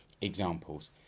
examples